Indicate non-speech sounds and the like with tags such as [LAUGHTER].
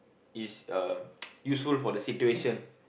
is uh [NOISE] useful for the situation